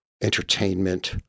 entertainment